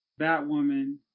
Batwoman